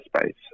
space